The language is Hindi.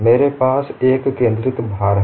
मेरे पास एक केंद्रित भार है